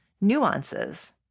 nuances